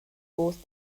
forced